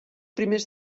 primers